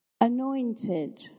anointed